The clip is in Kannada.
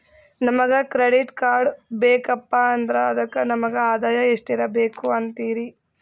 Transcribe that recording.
ನಮಗ ಕ್ರೆಡಿಟ್ ಕಾರ್ಡ್ ಬೇಕಪ್ಪ ಅಂದ್ರ ಅದಕ್ಕ ನಮಗ ಆದಾಯ ಎಷ್ಟಿರಬಕು ಅಂತೀರಿ?